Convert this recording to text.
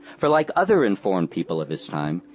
for, like other informed people of his time,